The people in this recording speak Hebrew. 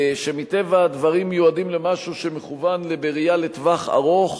שמטבע הדברים מיועדים למשהו שמכוון בראייה לטווח ארוך,